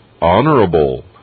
honorable